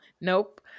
Nope